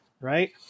right